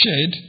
shed